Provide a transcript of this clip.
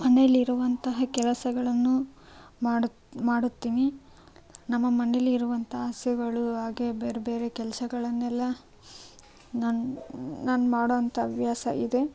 ಮನೆಲ್ಲಿರುವಂತಹ ಕೆಲಸಗಳನ್ನು ಮಾಡುತ್ತೀವಿ ನಮ್ಮ ಮನೆಲ್ಲಿರುವಂಥ ಹಾಗೆಯೇ ಬೇರೆ ಬೇರೆ ಕೆಲಸಗಳನ್ನೆಲ್ಲ ನಾನು ಮಾಡೋಂಥ ಹವ್ಯಾಸ ಇದೆ